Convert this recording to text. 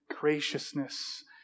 graciousness